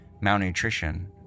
malnutrition